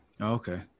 Okay